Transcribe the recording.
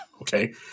okay